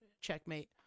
Checkmate